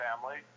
family